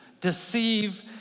Deceive